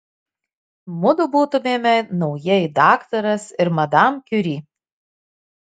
mudu būtumėme naujieji daktaras ir madam kiuri